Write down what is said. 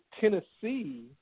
Tennessee